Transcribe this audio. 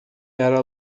era